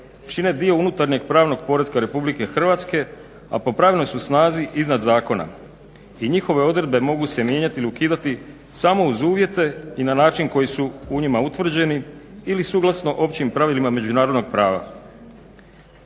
čine dio unutarnjeg pravnog poretka RH a po pravnoj su snazi iznad zakona. I njihove odredbe mogu se mijenjati ili ukidati samo uz uvjete i na način koji su u njima utvrđeni ili suglasno općim pravilima međunarodnog prava.